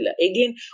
Again